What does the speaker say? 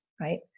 right